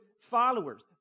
followers